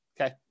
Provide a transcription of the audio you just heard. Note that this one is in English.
Okay